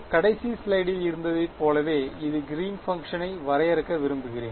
கடைசி ஸ்லைடில் இருந்ததைப் போலவே இது கிறீன் பங்க்ஷனை வரையறுக்க விரும்புகிறேன்